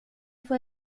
fue